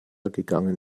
gegangen